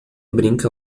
brinca